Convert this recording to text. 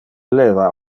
leva